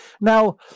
Now